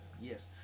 Yes